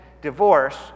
divorce